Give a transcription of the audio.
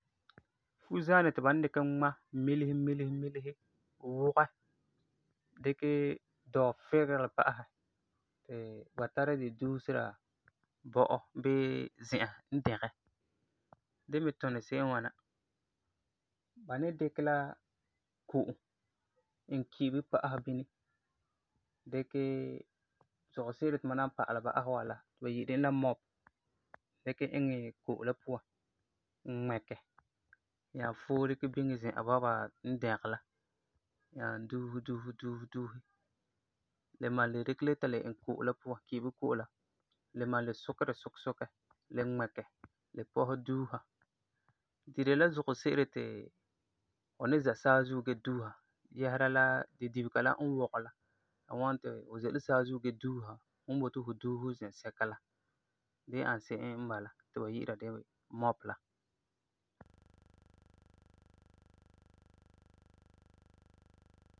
Fuzanɛ ti ba ni dikɛ ŋma, milese milese milese, wugɛ, dikɛ dɔɔ figelɛ di pa'asɛ ti ba tara di duusera bɔ'ɔ bii zi'an n dɛgɛ. Di me tuni tuni se'em n ŋwana; ba ni dikɛ la ko'om, iŋɛ ki'ibo pa'asɛ bini, dikɛ zugɔ se'ere ti mam nan pa'alɛ ba'asɛ wa la, ba yi'iri e la mob, dikɛ iŋɛ ko'om la puan, ŋmɛkɛ, nyaa foe di biŋe zi'an bɔba n dɛgɛ la, nyaa duuse duuse duuse, nyaa dikɛ le ta iŋɛ ko'om la puan (ki'ibo ko'om la) le malum le sukɛ le ŋmɛkɛ le pɔsɛ duusera. Di de la zugɔ se'ere ti fu ni zɛa saazuo gee duusera, yɛsera la di dibega la n wɔgɛ la ti la wɔna ti fu ze la saazuo gee duusera fum boti ti fu duuse zɛsɛka la. Di ani se'em n bala ti ba yi'ira di ti mob la.